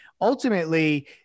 ultimately